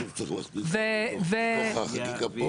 צריך להכניס לתוך החקיקה פה?